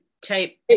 type